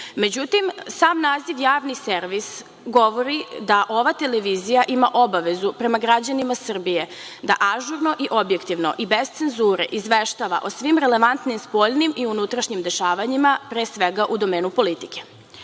postati.Međutim, sam naziv Javni servis govori da ova televizija ima obavezu prema građanima Srbije da ažurno i objektivno i bez cenzure izveštava o svim relevantnim, spoljnim i unutrašnjim dešavanjima pre svega u domenu politike. Radio